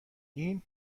این